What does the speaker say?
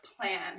plan